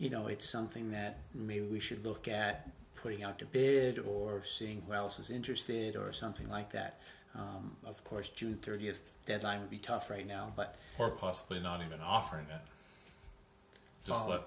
you know it's something that maybe we should look at putting out to bed or seeing wells as interested or something like that of course june thirtieth deadline would be tough right now but possibly not even offering